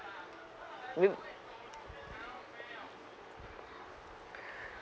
m~